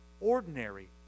ordinary